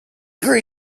grew